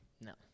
No